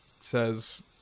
Says